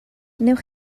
wnewch